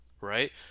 right